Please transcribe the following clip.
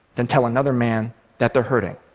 than tell another man that they're hurting.